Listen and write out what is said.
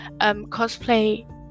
Cosplay